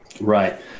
Right